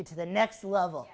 get to the next level